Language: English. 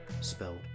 spelled